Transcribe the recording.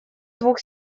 двух